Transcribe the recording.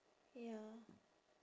ya